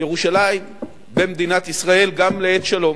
ירושלים במדינת ישראל גם לעת שלום.